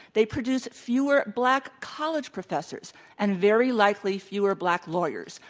they produce fewer black college professors and very likely fewer black lawyers.